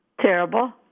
Terrible